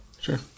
Sure